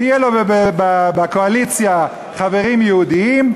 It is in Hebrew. יהיו לו בקואליציה חברים יהודים,